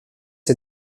est